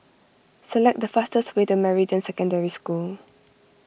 select the fastest way to Meridian Secondary School